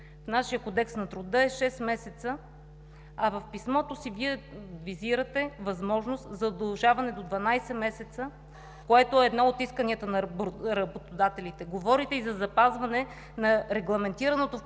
В нашия Кодекс на труда е шест месеца, а в писмото си Вие визирате възможност за удължаване до 12 месеца, което е едно от исканията на работодателите. Говорите и за запазване на регламентираното в